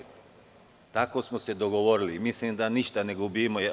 Tako smo se dogovorili i mislim da ništa ne gubimo.